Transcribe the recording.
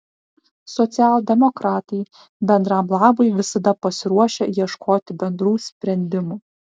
socialdemokratai bendram labui visada pasiruošę ieškoti bendrų sprendimų